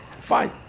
fine